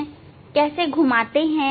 ठीक है कैसे घुमाते हैं